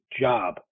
job